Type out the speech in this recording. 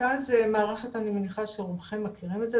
מת"ל זו מערכת שאני מניחה שרובכם מכירים אותה,